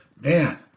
Man